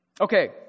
Okay